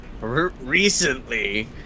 recently